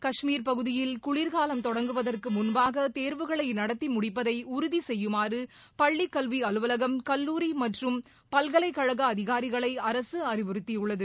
கஷ்மீர் பகுதியில் குளிர் காலம் தொடங்குவதற்கு முன்பாக தேர்வுகளை நடத்தி முடிப்பதை உறுதி செய்யுமாறு பள்ளிக் கல்வி அலுவலகம் கல்லூரி மற்றும் பல்கலைக்கழக அதிகாரிகளை அரசு அறிவுறுத்தியுள்ளது